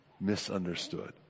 misunderstood